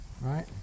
right